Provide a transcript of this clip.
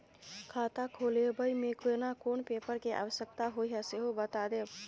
खाता खोलैबय में केना कोन पेपर के आवश्यकता होए हैं सेहो बता देब?